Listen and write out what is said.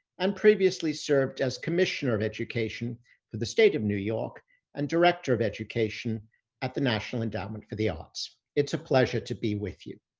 and previously served as commissioner of education for the state of new york and director of education at the national endowment for the arts. it's a pleasure to be with you.